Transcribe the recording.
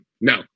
no